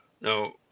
Now